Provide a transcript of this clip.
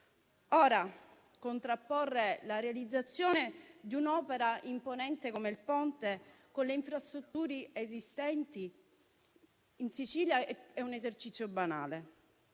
Contrapporre la realizzazione di un'opera imponente come il Ponte alle infrastrutture esistenti in Sicilia è un esercizio banale,